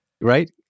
right